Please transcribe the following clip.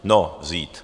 No, vzít.